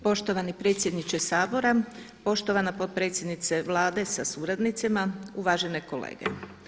Poštovani predsjedniče Sabora, poštovana potpredsjednice Vlade sa suradnicima, uvažene kolege.